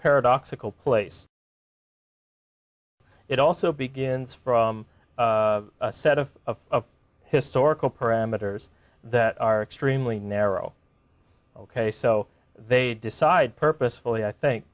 paradoxical place it also begins from a set of historical parameters that are extremely narrow ok so they decide purposefully i think